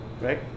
right